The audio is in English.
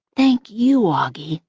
thank you, auggie,